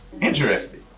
Interesting